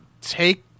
take